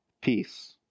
peace